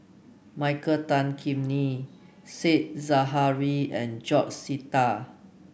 Michael Tan Kim Nei Said Zahari and George Sita